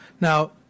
Now